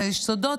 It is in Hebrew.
את היסודות,